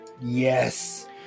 Yes